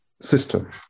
system